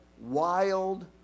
wild